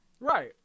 Right